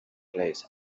place